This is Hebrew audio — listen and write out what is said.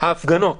ההפגנות